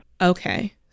Okay